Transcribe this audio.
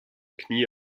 knie